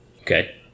Okay